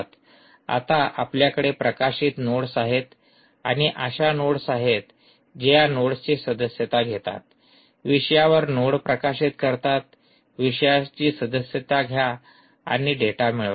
आता आपल्याकडे प्रकाशित नोड्स आहेत आणि अशा नोड्स आहेत जे या नोड्सचे सदस्यता घेतात विषयावर नोड प्रकाशित करतात विषयाची सदस्यता घ्या आणि डेटा मिळवा